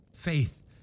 Faith